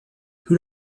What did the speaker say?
who